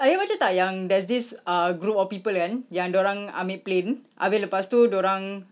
ayah baca tak yang there's this uh group of people kan yang dia orang army plane habis lepas tu dia orang